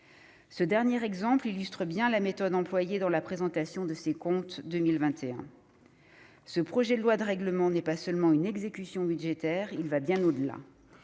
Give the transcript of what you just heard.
Ce dernier exemple illustre bien la méthode employée dans la présentation de ces comptes 2021. Ce projet de loi de règlement n'est pas seulement une exécution budgétaire ; il va bien au-delà.